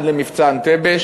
אחד למבצע אנטבה,